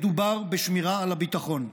שמדובר בשמירה על הביטחון.